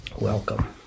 welcome